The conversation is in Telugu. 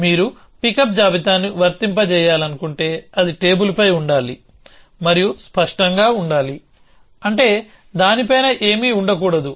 మీరు పికప్ జాబితాను వర్తింపజేయాలనుకుంటే అది టేబుల్పై ఉండాలి మరియు స్పష్టంగా ఉండాలి అంటే దాని పైన ఏమీ ఉండకూడదు